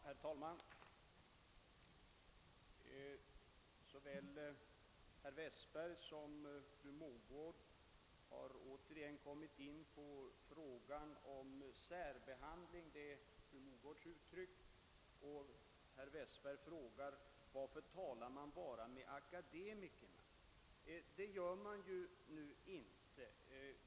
Herr talman! Såväl herr Westberg som fru Mogård har återigen tagit upp frågan om »särbehandlingen» — det är fru Mogårds uttryck — och herr Westberg frågar varför man bara talar med akademikerna. Så är nu inte fallet.